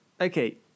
Okay